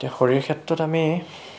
খৰিৰ ক্ষেত্ৰত আমি